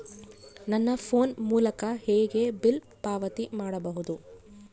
ನನ್ನ ಫೋನ್ ಮೂಲಕ ಹೇಗೆ ಬಿಲ್ ಪಾವತಿ ಮಾಡಬಹುದು?